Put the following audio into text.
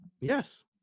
Yes